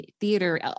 theater